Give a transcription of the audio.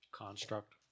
Construct